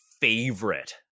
favorite